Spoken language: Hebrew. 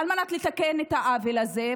על מנת לתקן את העוול הזה,